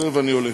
תכף אני עולה,